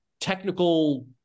technical